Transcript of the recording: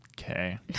okay